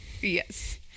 Yes